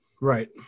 Right